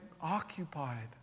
occupied